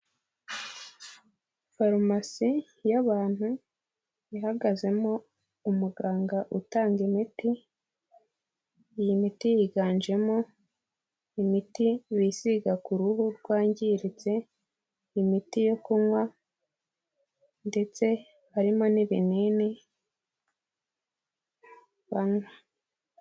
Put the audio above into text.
Farumasi y'abantu ihagazemo umuganga utanga imiti, iyi miti yiganjemo imiti bisiga ku ruhu rwangiritse, imiti yo kunywa ndetse harimo n'ibinini banywa.